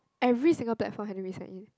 every single platform have to resign in